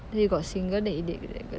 then he got single then he dated that girl